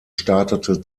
startete